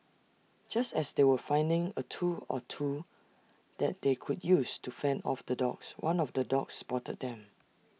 just as they were finding A tool or two that they could use to fend off the dogs one of the dogs spotted them